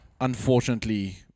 unfortunately